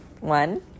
One